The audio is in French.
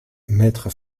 maître